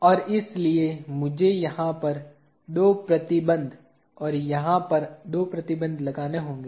और इसलिए मुझे यहां पर दो प्रतिबंध और यहां पर दो प्रतिबंध लगाने होंगे